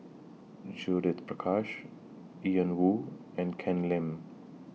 Judith Prakash Ian Woo and Ken Lim